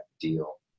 deal